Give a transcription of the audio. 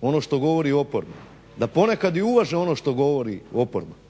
ono što govori oporba, da ponekad i uvaže ono što govori oporba.